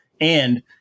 And-